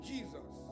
Jesus